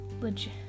legit